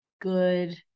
good